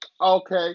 Okay